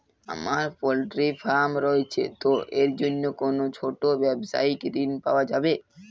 আমার poultry farm রয়েছে তো এর জন্য কি কোনো ছোটো ব্যাবসায়িক ঋণ পাওয়া যাবে?